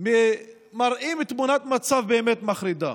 מראים תמונת מצב באמת מחרידה.